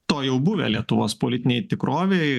to jau buvę lietuvos politinėj tikrovėj